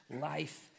life